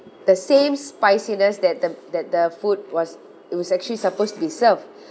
the same spiciness that the that the food was it was actually supposed to be served